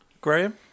Graham